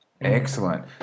Excellent